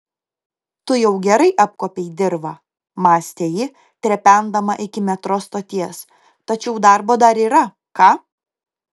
tu jau gerai apkuopei dirvą mąstė ji trependama iki metro stoties tačiau darbo dar yra ką